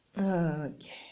Okay